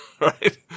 Right